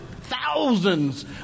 thousands